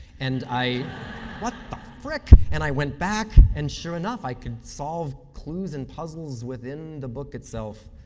and i what the frick? and i went back, and sure enough, i could solve clues and puzzles within the book itself,